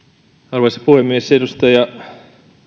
arvoisa puhemies edustaja